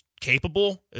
capable